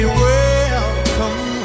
welcome